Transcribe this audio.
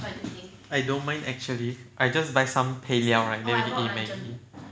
I don't mind actually I just buy some 配料 right then we eat maggi